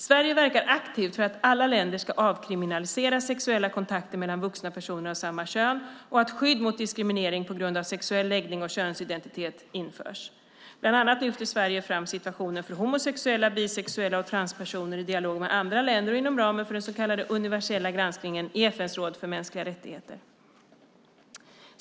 Sverige verkar aktivt för att alla länder ska avkriminalisera sexuella kontakter mellan vuxna personer av samma kön och att skydd mot diskriminering på grund av sexuell läggning och könsidentitet införs. Bland annat lyfter Sverige fram situationen för homosexuella, bisexuella och transpersoner i dialog med andra länder och inom ramen för den så kallade universella granskningen i FN:s råd för mänskliga rättigheter.